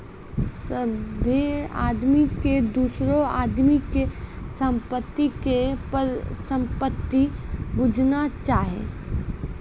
सभ्भे आदमी के दोसरो आदमी के संपत्ति के परसंपत्ति बुझना चाही